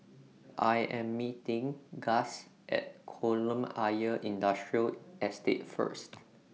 I Am meeting Gus At Kolam Ayer Industrial Estate First